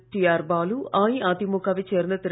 TR Baalu அஇஅதிமுக வைச் சேர்ந்த திரு